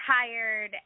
tired